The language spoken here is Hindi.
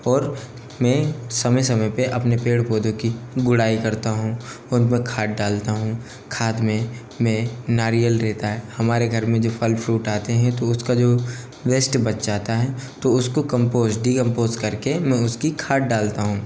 और मैं समय समय पर अपने पेड़ पौधों की गुड़ाई करता हूँ उन में खाद डालता हूँ खाद में मैं नारियल रेहता है हमारे घर में जो फल फ्रूट आते हैं तो उसका जो वेस्ट बच जाता है तो उसको कम्पोस डिकम्पोज़ कर के मैं उसकी खाद डालता हूँ